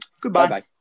Goodbye